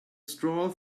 straw